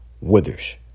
Withers